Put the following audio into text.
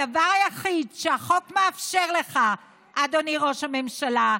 הדבר היחיד שהחוק מאפשר לך, אדוני ראש הממשלה,